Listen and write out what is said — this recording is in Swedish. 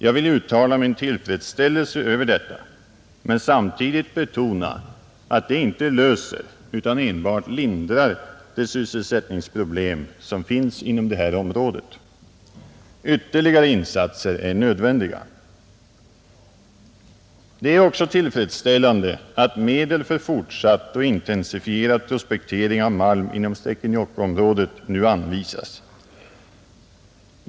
Jag vill uttala min tillfredsställelse över detta men samtidigt betona att det inte löser utan enbart lindrar de sysselsättningsproblem som finns inom detta område, Ytterligare insatser är nödvändiga. Det är också tillfredsställande att medel för fortsatt och intensifierad prospektering av malm inom Stekenjokkområdet nu anvisas.